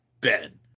Ben